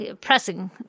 Pressing